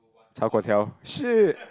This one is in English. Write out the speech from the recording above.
Chao Guo Tiao shit